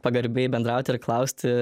pagarbiai bendrauti ir klausti